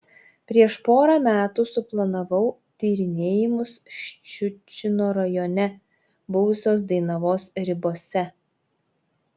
prieš porą metų suplanavau tyrinėjimus ščiučino rajone buvusios dainavos ribose